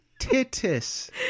Titus